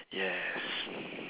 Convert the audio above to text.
yes